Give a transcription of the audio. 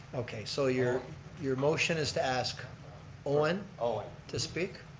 okay, so you're you're motion is to ask owen owen to speak?